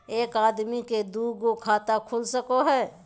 एक आदमी के दू गो खाता खुल सको है?